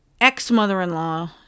Ex-mother-in-law